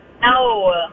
No